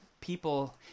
people